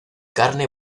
carne